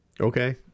Okay